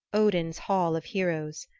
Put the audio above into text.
odin's hall of heroes.